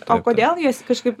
o kodėl jis kažkaip